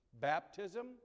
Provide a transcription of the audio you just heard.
Baptism